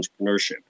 entrepreneurship